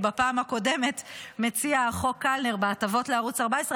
כי בפעם הקודמת מציע החוק להטבות לערוץ 14,